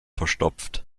verstopft